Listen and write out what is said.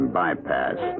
bypass